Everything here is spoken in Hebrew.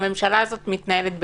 הממשלה הזאת מתנהלת בכאוס,